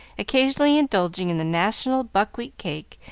occasionally indulging in the national buckwheat cake,